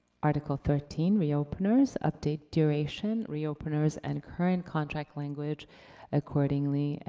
article thirteen, reopeners. update duration, reopeners, and current contract language accordingly. and